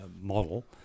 model